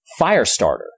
Firestarter